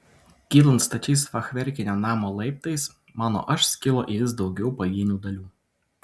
kylant stačiais fachverkinio namo laiptais mano aš skilo į vis daugiau pavienių dalių